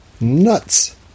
Nuts